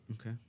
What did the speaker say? Okay